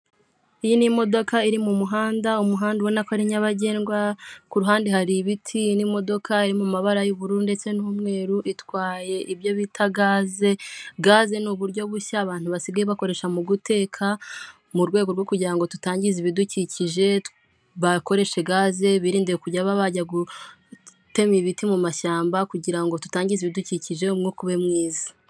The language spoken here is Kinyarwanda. Iyi ni imodoka iri mu muhanda, umuhanda ubona ko nyabagendwa, ku ruhande hari ibiti n'imodoka iri mu mabara y'ubururu ndetse n'umweru, itwaye ibyo bita gaze, gaze ni uburyo bushya abantu basigaye bakoresha mu guteka, mu rwego rwo kugira tutangiza ibidukikije bakoresha gaze, birinde kujya bajya gutema ibiti mu mashyamba kugira ngo tutangiza ibidukikije, umwuka ube mwiza.